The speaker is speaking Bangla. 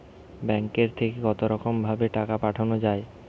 ব্যাঙ্কের থেকে কতরকম ভাবে টাকা পাঠানো য়ায়?